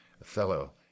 Othello